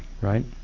right